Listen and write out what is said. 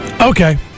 Okay